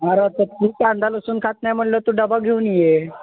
अरे आता तू कांदा लसूण खात नाही म्हटल्यावर तू डबा घेऊन ये